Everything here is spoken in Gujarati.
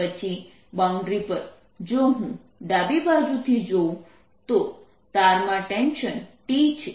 પછી બાઉન્ડ્રી પર જો હું ડાબી બાજુથી જોઉં તો તારમાં ટેન્શન T છે